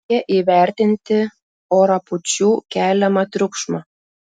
reikia įvertinti orapūčių keliamą triukšmą